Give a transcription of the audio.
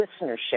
listenership